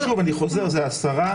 אני חוזר שוב זאת השרה.